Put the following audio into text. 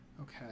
Okay